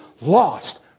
lost